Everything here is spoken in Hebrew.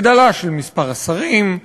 הגדלה של מספר השרים,